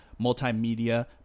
multimedia